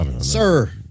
sir